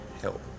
help